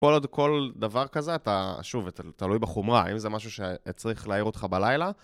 כל עוד כל דבר כזה אתה, שוב, תלוי בחומרה, אם זה משהו שצריך להעיר אותך בלילה.